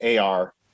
AR